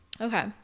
Okay